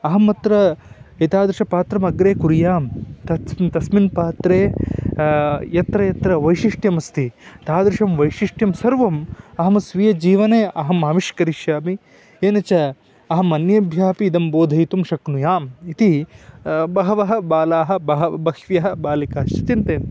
अहम् अत्र एतादृशपात्रमग्रे कुर्यां तत्स् तस्मिन् पात्रे यत्र यत्र वैशिष्ट्यमस्ति तादृशं वैशिष्ट्यं सर्वं अहं स्वीयजीवने अहम् आविष्करिष्यामि येन च अहम् अन्येभ्यः अपि इदं बोधयितुं शक्नुयाम् इति बहवः बालाः बहव् बह्व्यः बालिकाश्च चिन्तयन्ति